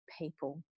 people